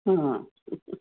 ਹਾਂ